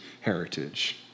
heritage